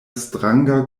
stranga